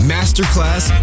Masterclass